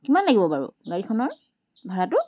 কিমান লাগিব বাৰু গাড়ীখনৰ ভাৰাটো